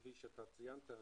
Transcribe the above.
כפי שציין היושב-ראש,